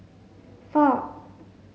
four